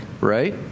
right